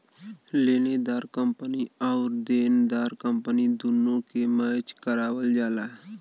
लेनेदार कंपनी आउर देनदार कंपनी दुन्नो के मैच करावल जाला